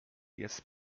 jest